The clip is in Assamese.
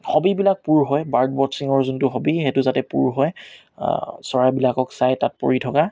হবীবিলাক পূৰ হয় বাৰ্ড ৱাট্চ্ছিঙৰ যোনটো হবী সেইটো যাতে পূৰ হয় চৰাইবিলাকক চাই তাত পৰি থকা